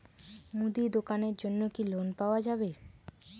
মুদি দোকানের জন্যে কি লোন পাওয়া যাবে?